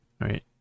right